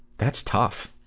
that's tough.